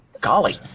Golly